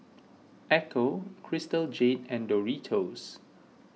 Ecco Crystal Jade and Doritos